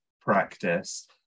practice